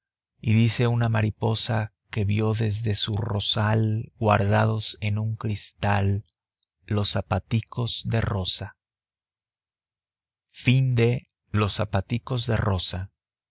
y dice una mariposa que vio desde su rosal guardados en un cristal los zapaticos de rosa